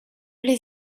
les